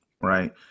right